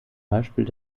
beispiel